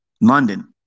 London